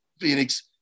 phoenix